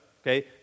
okay